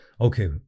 okay